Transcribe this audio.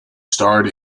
starred